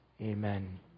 Amen